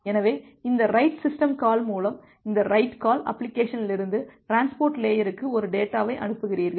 எனவே இந்த write system call மூலம் இந்த ரைட் கால் அப்ளிகேஷனிலிருந்து டிரான்ஸ்போர்ட் லேயருக்கு ஒரு டேட்டாவை அனுப்புகிறீர்கள்